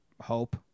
hope